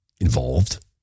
involved